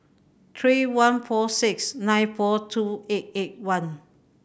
three one four six nine four two eight eight one